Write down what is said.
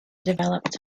developed